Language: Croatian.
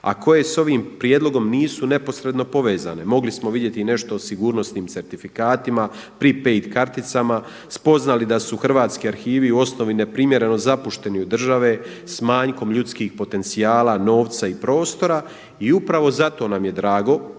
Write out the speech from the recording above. a koje s ovim prijedlogom nisu neposredno povezane. Mogli smo vidjeti i nešto o sigurnosnim certifikatima prepaid karticama, spoznali da su hrvatski arhivi u osnovi neprimjereno zapušteni od države s manjkom ljudskih potencijala, novca i prostora. I upravo zato nam je drago